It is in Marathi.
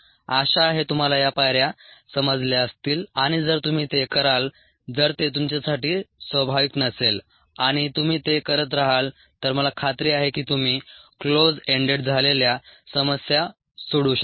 आशा आहे तुम्हाला या पायऱ्या समजल्या असतील आणि जर तुम्ही ते कराल जर ते तुमच्यासाठी स्वाभाविक नसेल आणि तुम्ही ते करत रहाल तर मला खात्री आहे की तुम्ही क्लोज एंडेड समस्या सोडवू शकाल